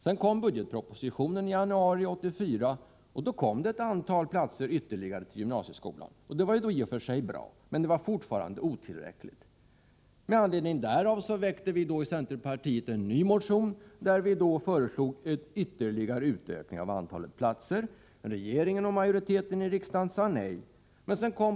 I januari 1984 kom sedan budgetpropositionen, och där fick gymnasieskolan ett ytterligare antal platser. Det var i och för sig bra, men antalet var fortfarande otillräckligt. Med anledning därav väckte vi i centerpartiet en ny motion, där vi föreslog en ytterligare utökning av antalet platser. Regeringen och riksdagsmajoriteten sade nej.